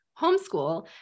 homeschool